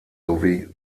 sowie